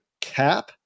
cap